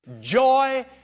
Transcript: Joy